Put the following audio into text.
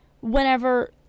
whenever